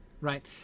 right